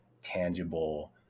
tangible